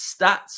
stats